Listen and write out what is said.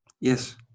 Yes